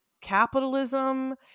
capitalism